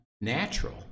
natural